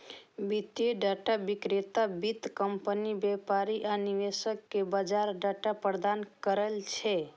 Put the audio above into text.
वित्तीय डाटा विक्रेता वित्तीय कंपनी, व्यापारी आ निवेशक कें बाजार डाटा प्रदान करै छै